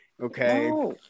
okay